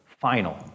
final